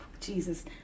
Jesus